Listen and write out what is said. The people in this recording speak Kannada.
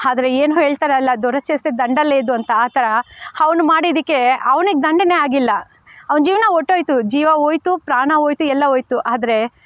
ಆದ್ರೆ ಏನೊ ಹೇಳ್ತಾರಲ್ಲ ದುರಸ್ಚೇತೆ ದಂಡ ಲೇದು ಅಂತ ಆ ಥರ ಅವನು ಮಾಡಿದ್ದಕ್ಕೆ ಅವ್ನಿಗೆ ದಂಡನೆ ಆಗಿಲ್ಲ ಅವ್ನ ಜೀವನ ಹೊರ್ಟೋಯ್ತು ಜೀವ ಹೋಯ್ತು ಪ್ರಾಣ ಹೋಯ್ತು ಎಲ್ಲ ಹೋಯ್ತು ಆದರೆ